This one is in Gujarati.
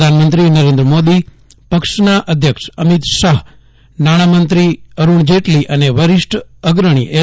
પ્રધાનમંત્રી નરેન્દ્ર મોદી પક્ષના અધ્યક્ષ અમિત શાહ નાણામંત્રી અરુણ જેટલી અને વરિષ્ઠ અગ્રણી એલ